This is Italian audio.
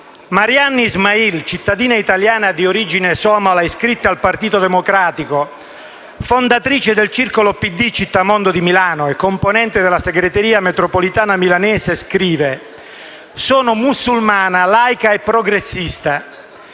Maryan Ismail, cittadina italiana di origine somala iscritta al Partito Democratico, fondatrice del circolo PD «Città mondo» di Milano e componente della segreteria metropolitana milanese, scrive: «Sono musulmana, laica e progressista.